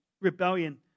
rebellion